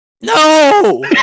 No